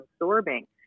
absorbing